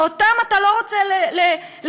ואותם אתה לא רוצה לשקף,